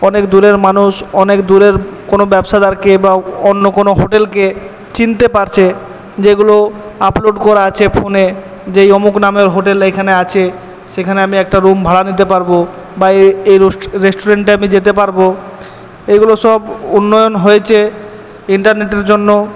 অনেক দূরের মানুষ অনেক দূরের কোনো ব্যবসাদারকে বা অন্য কোনো হোটেলকে চিনতে পারছে যেগুলো আপলোড করা আছে ফোনে যে অমুক নামের হোটেল এখানে আছে সেখানে আমি একটা রুম ভাড়া নিতে পারব বা এই রেস্টুরেন্টে আমি যেতে পারব এইগুলো সব উন্নয়ন হয়েছে ইন্টারনেটের জন্য